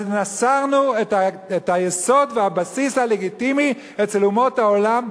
אז מסרנו את היסוד והבסיס הלגיטימי אצל אומות העולם,